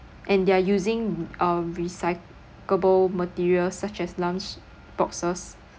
and they're using uh recyclable materials such as lunch boxes